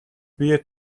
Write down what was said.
биеэ